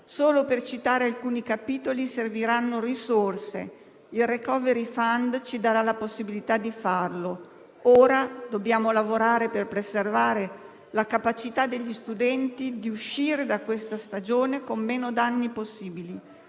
Solo per citare alcuni capitoli, serviranno risorse: il *recovery fund* ci darà la possibilità di disporne. Ora dobbiamo lavorare per preservare la capacità degli studenti di uscire da questa stagione con meno danni possibili,